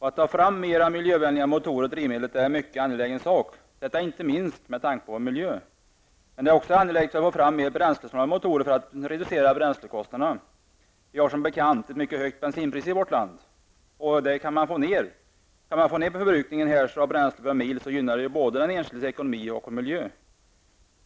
Det är en mycket angelägen sak att ta fram mer miljövänliga motorer och drivmedel -- inte minst med tanke på miljön. Men det är också angeläget att få fram mer bränslesnåla motorer för att reducera bränslekostnaderna. Vi har som bekant ett mycket ett högt bensinpris i vårt land. Kan man skära ned på förbrukningen av bensin per mil, gynnar det både den enskildes ekonomi och miljön.